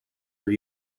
were